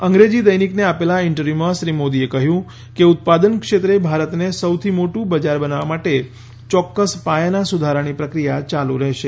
એક અંગ્રેજી દૈનિકને આપેલ ઇન્ટરવ્યૂહમાં શ્રી મોદીએ કહ્યું કે ઉત્પાદન ક્ષેત્રે ભારતને સૌથી મોટું બજાર બનાવવા માટે ચોક્કસ પાયાના સુધારાની પ્રક્રિયા ચાલુ રહેશે